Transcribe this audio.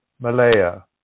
Malaya